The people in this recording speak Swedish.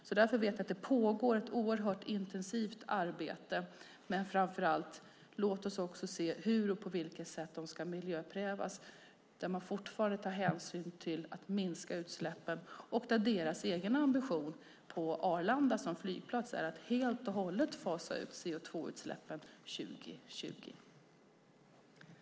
Jag vet att det pågår ett oerhört intensivt arbete. Men låt oss framför allt se hur och på vilket sätt Arlanda ska miljöprövas, där man fortfarande tar hänsyn till att utsläppen minskar och där Arlandas egen ambition som flygplats är att helt och hållet fasa ut CO2-utsläppen till år 2020.